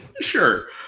Sure